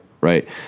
right